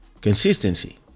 consistency